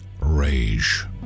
rage